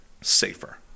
safer